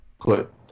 put